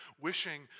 wishing